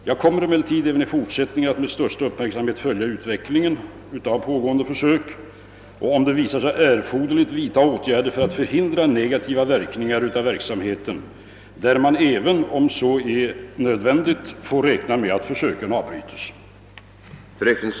Jag kommer emellertid även i fortsättningen att med största uppmärksamhet följa utvecklingen av pågående försök och, om det visar sig erforderligt, vidta åtgärder för att förhindra negativa verkningar av försöksverksamheten, där man även, om så är erforderligt, får räkna med att försöken avbryts.